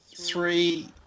three